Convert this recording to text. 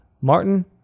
Martin